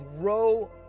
grow